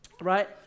Right